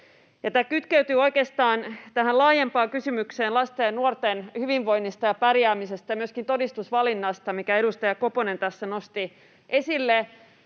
Tämä kytkeytyy oikeastaan laajempaan kysymykseen lasten ja nuorten hyvinvoinnista ja pärjäämisestä ja myöskin todistusvalinnasta, minkä edustaja Koponen tässä nosti esille.